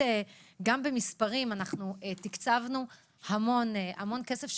אנחנו תקצבנו המון כסף,